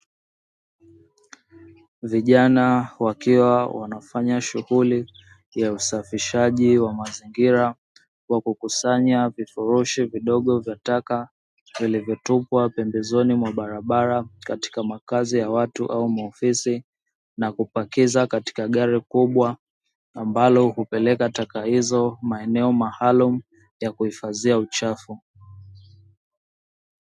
Vijana wakiwa wanafanya shughuli ya usafishaji wa mazingira wakikusanya vifurushi vidogo vya taka vilivyotupea pembezoni mwa barabara katika makazi ya watu au maofisi, na kupakiza katika gari kubwa ambalo hupeleka taka hizo maeneo maalumu ya kuhifadhia uchafu.